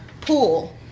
Pool